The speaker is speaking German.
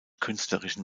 künstlerischen